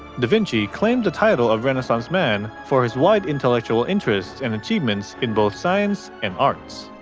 da vinci claimed the title of renaissance man for his wide intellectual interests and achievements in both science and arts.